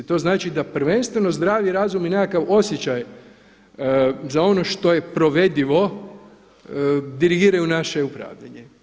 To znači da prvenstveno zdravi razum i nekakav osjećaj za ono što je provedivo dirigiraju naše upravljanje.